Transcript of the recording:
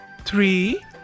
three